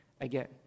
again